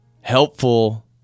helpful